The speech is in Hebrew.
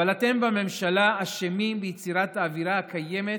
אבל אתם בממשלה אשמים ביצירת האווירה הקיימת